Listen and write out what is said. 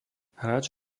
hráč